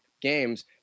games